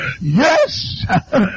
Yes